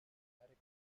erratic